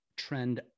trend